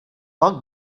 bug